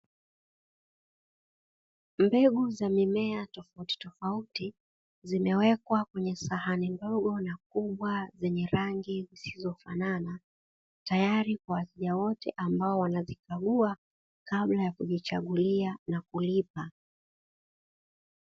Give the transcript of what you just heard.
Mbegu za mimea tofautitofauti zimewekwa kwenye sahani ndogo na kubwa zenye rangi zisizofanana, tayari kwa wateja wote ambao wanazikagua kabla ya kujichagulia na kulipa.